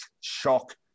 shock